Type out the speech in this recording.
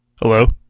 Hello